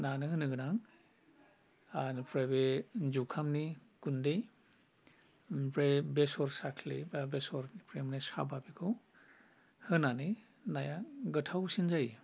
नानो होनो गोनां बेनिफ्राय बे जुखामनि गुन्दै ओमफ्राय बेसर साख्लि बा बेसर होख्रेमनाय साबा बेखौ होनानै नाया गोथावसिन जायो